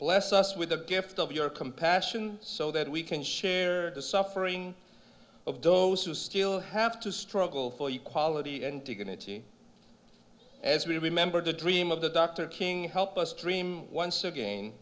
bless us with the gift of your compassion so that we can share the suffering of those who still have to struggle for you quality and dignity as we remember the dream of the dr king help us dream once again